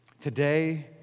Today